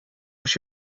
als